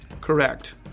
Correct